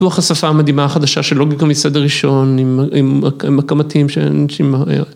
כמו החשפה המדהימה החדשה של לוגיקה מסדר ראשון, עם הכמתים.